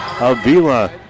Avila